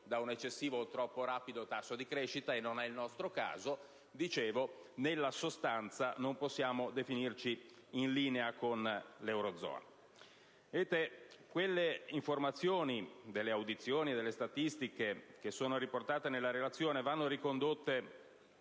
da un eccessivo o troppo rapido tasso di crescita, e non è il nostro caso), nella sostanza non possiamo definirci in linea con l'eurozona. Le informazioni derivanti dalle audizioni e dalle statistiche riportate nella relazione vanno ricondotte